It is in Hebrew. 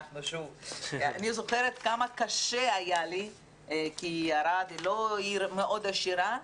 אני זוכרת כמה קשה היה לי כי ערד היא לא עיר מאוד עשירה,